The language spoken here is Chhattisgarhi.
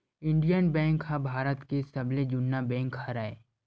इंडियन बैंक ह भारत के सबले जुन्ना बेंक हरय